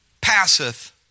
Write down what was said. passeth